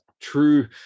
true